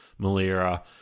Malira